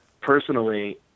personally